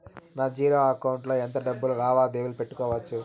నా zero account లో ఎంత డబ్బులు లావాదేవీలు పెట్టుకోవచ్చు?